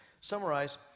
summarize